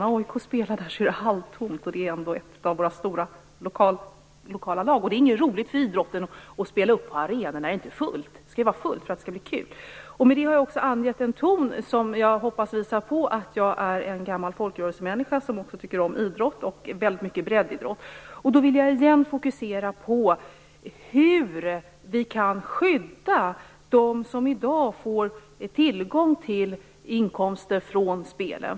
När AIK spelar där är det halvtomt, och det är ändå ett av våra stora, lokala lag. Det är inte roligt för idrotten att spela upp på arenor när det inte är fullt. Det skall ju vara fullt för att det skall bli kul. Med det har jag också angivit en ton som jag hoppas visar att jag är en gammal folkrörelsemänniska som tycker om idrott, och då väldigt mycket breddidrott. Därför vill jag återigen fokusera på hur vi kan skydda dem som i dag får tillgång till inkomster från spelen.